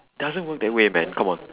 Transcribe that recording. doesn't work that way man come on